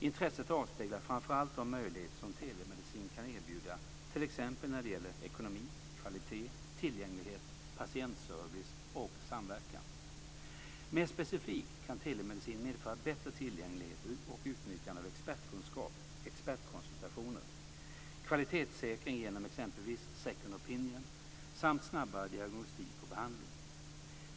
Intresset avspeglar framför allt de möjligheter som telemedicin kan erbjuda t.ex. när det gäller ekonomi, kvalitet, tillgänglighet, patientservice och samverkan. Mer specifikt kan telemedicin medföra bättre tillgänglighet och utnyttjande av expertkunskap, expertkonsultationer, kvalitetssäkring genom exempelvis second opinion samt snabbare diagnostik och behandling.